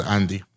Andy